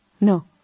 No